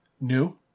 New